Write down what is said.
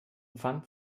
pfand